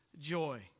joy